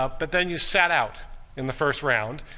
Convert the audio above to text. ah but then you sat out in the first round,